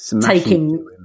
taking